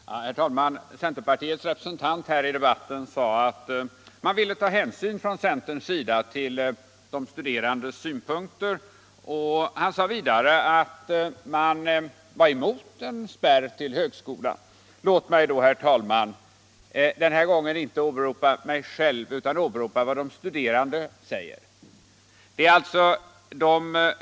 Herr talman! Centerpartiets representant i debatten sade att centern ville ta hänsyn till de studerandes synpunkter. Han sade vidare att man var emot en spärr till högskolan. Låt mig då, herr talman, den här gången inte åberopa mig själv utan vad de studerande säger.